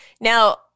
now